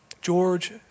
George